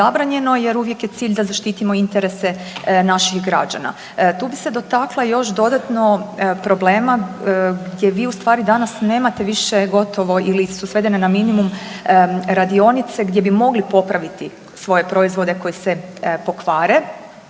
jer uvijek je cilj da zaštitimo interese naših građana. Tu bih se dotakla još dodatno problema gdje vi ustvari danas nemate više gotovo ili su svedene na minimum radionice gdje bi mogli popraviti svoje proizvode koji se pokvare,